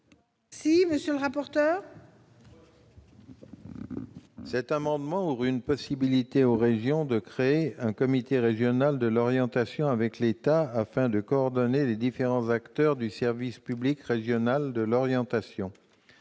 la commission ? L'adoption de cet amendement ouvrirait la possibilité aux régions de créer un comité régional de l'orientation avec l'État, afin de coordonner les différents acteurs du service public régional de l'orientation.